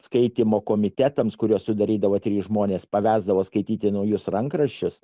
skaitymo komitetams kuriuos sudarydavo trys žmonės pavesdavo skaityti naujus rankraščius